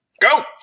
go